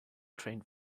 trained